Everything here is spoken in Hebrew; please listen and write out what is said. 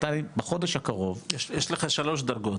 אתה בחודש הקרוב --- יש לך שלוש דרגות.